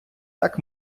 так